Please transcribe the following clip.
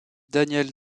daniel